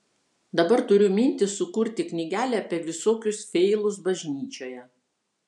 dabar turiu mintį sukurti knygelę apie visokius feilus bažnyčioje